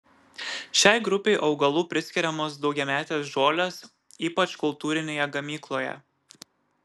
šiai grupei augalų priskiriamos daugiametės žolės ypač kultūrinėje ganykloje